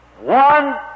One